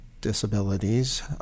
disabilities